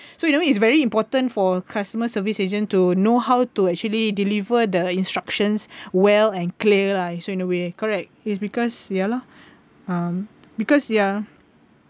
so in a way it's very important for customer service agent to know how to actually deliver the instructions well and clear lah in a way correct is because ya lah um because ya